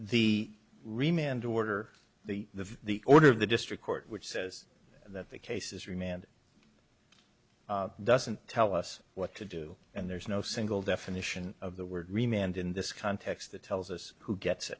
the remainder order the the the order of the district court which says that the cases remand doesn't tell us what to do and there's no single definition of the word remained in this context that tells us who gets